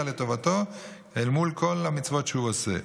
לטובתו אל מול כל המצוות שהוא עושה.